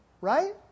Right